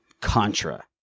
Contra